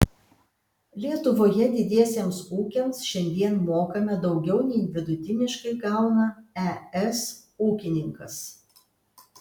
lietuvoje didiesiems ūkiams šiandien mokame daugiau nei vidutiniškai gauna es ūkininkas